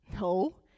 No